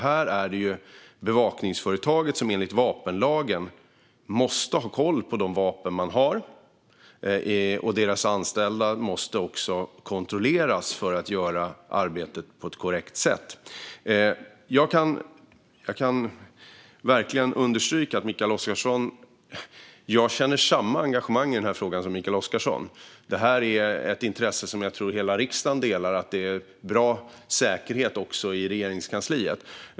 Här är det bevakningsföretaget som enligt vapenlagen måste ha koll på de vapen man har. Dess anställda måste också kontrolleras för att göra arbetet på ett korrekt sätt. Jag kan verkligen understryka att jag känner samma engagemang i den här frågan som Mikael Oscarsson. Att det är bra säkerhet i Regeringskansliet är ett intresse som jag tror att hela riksdagen delar.